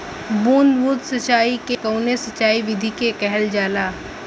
बूंद बूंद सिंचाई कवने सिंचाई विधि के कहल जाला?